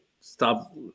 Stop